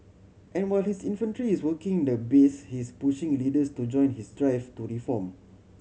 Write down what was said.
and while his infantry is working the base he's pushing leaders to join his drive to reform